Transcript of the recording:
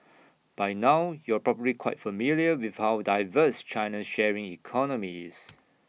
by now you're probably quite familiar with how diverse China's sharing economy is